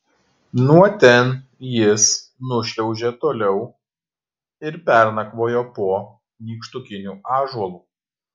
nuo ten jis nušliaužė toliau ir pernakvojo po nykštukiniu ąžuolu